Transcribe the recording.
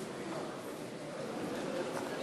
(חברי הכנסת מכבדים